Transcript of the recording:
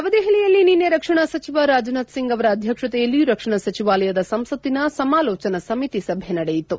ನವದೆಹಲಿಯಲ್ಲಿ ನಿನ್ನೆ ರಕ್ಷಣಾ ಸಚಿವ ರಾಜನಾಥ್ ಸಿಂಗ್ ಅವರ ಅಧ್ಯಕ್ಷತೆಯಲ್ಲಿ ರಕ್ಷಣಾ ಸಚಿವಾಲಯದ ಸಂಸತ್ತಿನ ಸಮಾಲೋಚನಾ ಸಮಿತಿ ಸಭೆ ನಡೆಯಿತು